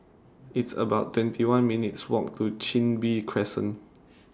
It's about twenty one minutes' Walk to Chin Bee Crescent